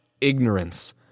ignorance